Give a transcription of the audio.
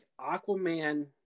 Aquaman